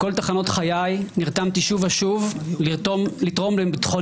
בכל תחנות חיי נרתמתי שוב ושוב לתרום לביטחונה